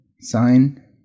sign